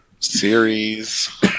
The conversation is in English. Series